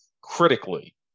critically